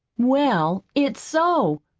well, it's so,